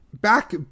back